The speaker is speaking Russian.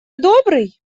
добрый